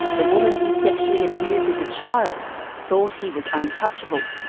the woman he sexually abused as a child thought he was untouchable.